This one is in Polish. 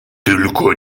tylko